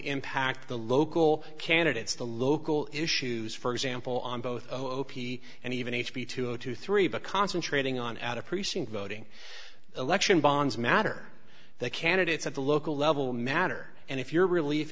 impact the local candidates the local issues for example on both opie and even h b two zero two three but concentrating on at a precinct voting election bonds matter that candidates at the local level matter and if your relief